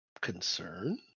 concern